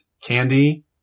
candy